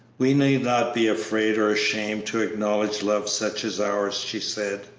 we need not be afraid or ashamed to acknowledge love such as ours, she said,